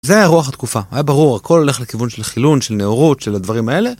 זה היה רוח התקופה, היה ברור, הכל הולך לכיוון של חילון, של נאורות, של הדברים האלה.